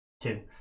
Two